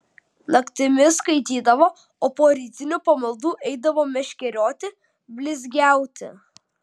naktimis skaitydavo o po rytinių pamaldų eidavo meškerioti blizgiauti